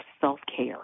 self-care